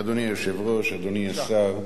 אדוני היושב-ראש, אדוני השר,